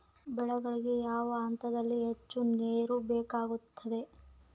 ಬೆಳೆಗಳಿಗೆ ಯಾವ ಹಂತದಲ್ಲಿ ಹೆಚ್ಚು ನೇರು ಬೇಕಾಗುತ್ತದೆ?